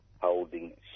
holding